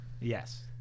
Yes